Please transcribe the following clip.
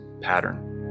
pattern